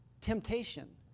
temptation